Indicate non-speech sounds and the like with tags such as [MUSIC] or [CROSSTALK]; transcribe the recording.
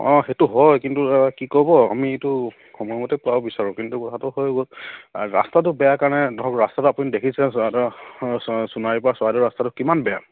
অঁ সেইটো হয় কিন্তু কি ক'ব আমি এইটো সময়মতে [UNINTELLIGIBLE] বিচাৰোঁ কিন্তু [UNINTELLIGIBLE] হৈ গ'ল ৰাস্তাটো বেয়া কাৰণে ধৰক ৰাস্তাটো আপুনি দেখিছে সোণাৰীৰ পৰা চৰাইদেউ ৰাস্তাটো কিমান বেয়া